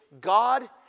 God